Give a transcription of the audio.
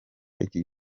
igi